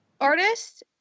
artist